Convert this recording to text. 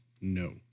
no